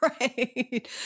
Right